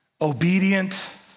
obedient